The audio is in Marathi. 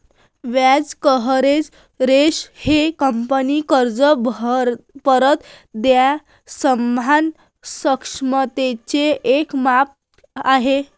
व्याज कव्हरेज रेशो हे कंपनीचा कर्ज परत देणाऱ्या सन्मान क्षमतेचे एक माप आहे